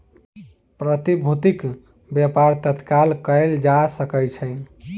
प्रतिभूतिक व्यापार तत्काल कएल जा सकै छै